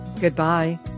Goodbye